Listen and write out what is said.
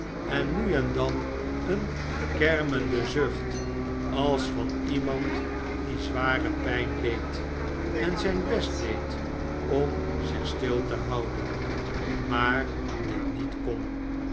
en nu en dan een kermenden zucht als van iemand die zware pijn leed en zijn best deed om zich stil te houden maar dit niet kon